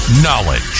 Knowledge